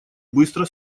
быстро